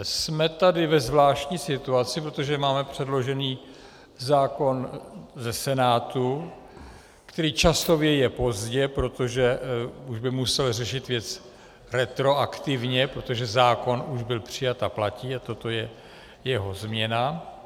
Jsme tady ve zvláštní situaci, protože máme předložený zákon ze Senátu, který časově je pozdě, protože už by musel řešit věci retroaktivně, protože zákon už byl přijat a platí a toto je jeho změna.